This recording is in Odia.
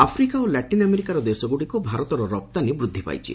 ଆଫ୍ରିକା ଓ ଲାଟିନ୍ ଆମେରିକାର ଦେଶଗୁଡ଼ିକୁ ଭାରତର ରପ୍ତାନୀ ବଢ଼ିଛି